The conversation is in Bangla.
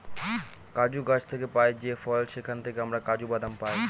কাজু গাছ থেকে পাই যে ফল সেখান থেকে আমরা কাজু বাদাম পাই